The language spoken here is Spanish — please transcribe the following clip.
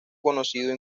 conocido